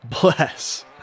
bless